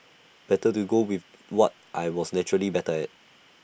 better to go with what I was naturally better at